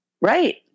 Right